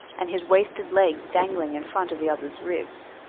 and his wasted legs dangling in front of the other's ribs.